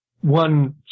one